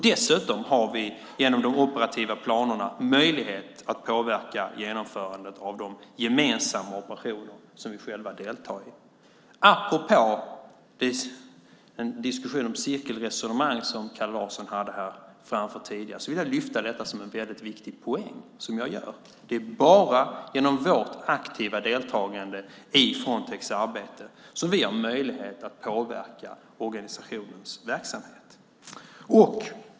Dessutom har vi genom de operativa planerna möjlighet att påverka genomförandet av de gemensamma operationer som vi själva deltar i. Apropå en diskussion om cirkelresonemang som Kalle Larsson hade tidigare vill jag lyfta fram detta som en viktig poäng. Det är bara genom vårt aktiva deltagande i Frontex arbete som vi har möjlighet att påverka organisationens verksamhet.